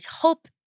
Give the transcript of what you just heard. hope